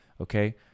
okay